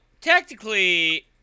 technically